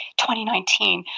2019